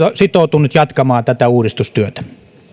on sitoutunut jatkamaan tätä uudistustyötä